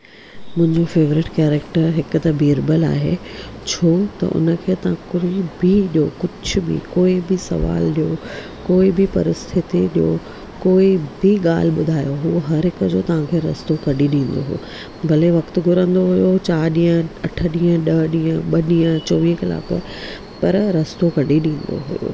मुंहिंजो favourite character हिकु त बीरबल आहे छो त उनखे तव्हां कुझु बि ॾेयो कुझु बि कोई बि सुवाल ॾेयो कोई बि परिस्थिति ॾेयो कोई बि ॻाल्हि ॿुधायो हुअ हर हिकु जो तव्हांखे रस्तो कढी ॾींदो हो भले वक़्तु घुरंदो हुयो चारि ॾींहं अठ ॾींहं ॾह ॾींहं ॿ ॾींहं चोवीह कलाक पर रस्तो कढी ॾींदो हो